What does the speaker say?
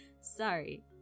sorry